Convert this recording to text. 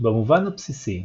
במובן הבסיסי,